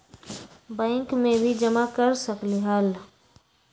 Bank में भी जमा कर सकलीहल?